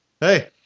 Hey